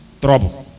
trouble